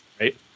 right